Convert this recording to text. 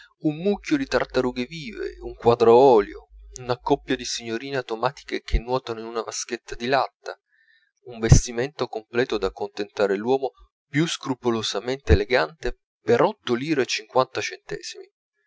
un mucchio di tartarughe vive un quadro a olio una coppia di signorine automatiche che nuotano in una vaschetta di latta un vestimento completo da contentare l'uomo più scrupolosamente elegante per otto lire e cinquanta centesimi